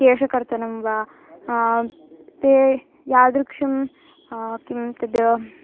केशकर्तनं वा ते यादृशं किं तद्